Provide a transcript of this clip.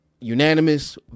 unanimous